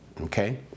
Okay